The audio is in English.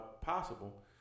possible